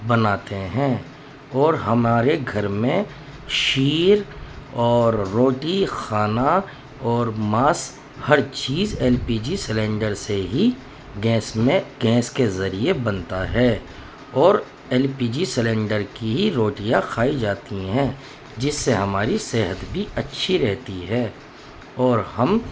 بناتے ہیں اور ہمارے گھر میں شیر اور روٹی خانا اور ماس ہر چیز ایل پی جی سلینڈر سے ہی گیس میں گیس کے ذریعے بنتا ہے اور ایل پی جی سلینڈر کی ہی روٹیاں خائی جاتی ہیں جس سے ہماری صحت بھی اچھی رہتی ہے اور ہم